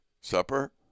supper